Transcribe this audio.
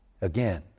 Again